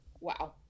Wow